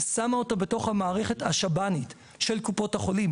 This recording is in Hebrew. ושמה אותו בתוך המערכת השב"נית בתוך קופות החולים.